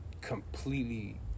completely